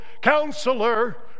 Counselor